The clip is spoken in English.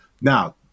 Now